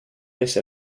ese